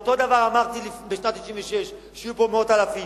אותו דבר אמרתי בשנת 1996, שיהיו פה מאות אלפים.